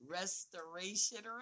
restoration